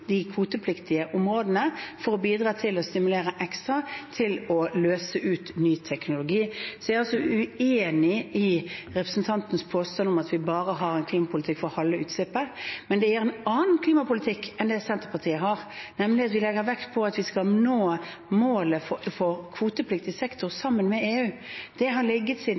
de kvotepliktige områdene for å bidra til å stimulere ekstra til å løse ut ny teknologi. Jeg er altså uenig i representantens påstand om at vi bare har en klimapolitikk for halve utslippet. Men det er en annen klimapolitikk enn det Senterpartiet har, nemlig at vi legger vekt på at vi skal nå målet for kvotepliktig sektor sammen med EU. Det har ligget siden